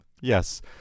Yes